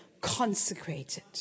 consecrated